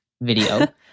video